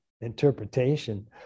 interpretation